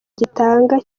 gitanga